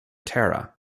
tara